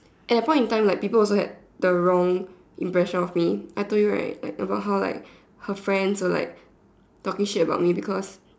at that point in time like people also had the wrong impression of me I told you right like about how like her friends were like talking shit about me because